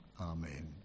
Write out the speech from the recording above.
Amen